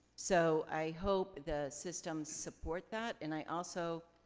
so i hope the systems support that and i also